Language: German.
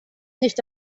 nicht